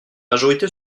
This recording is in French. majorité